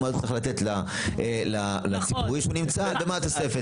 צריך לתת לציבורי שנמצא ומה התוספת.